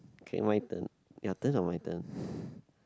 okay my turn your turn or my turn